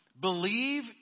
Believe